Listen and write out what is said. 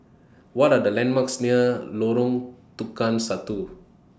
What Are The landmarks near Lorong Tukang Satu